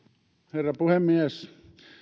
herra puhemies